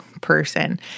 person